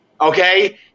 okay